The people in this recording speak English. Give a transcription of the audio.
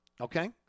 okay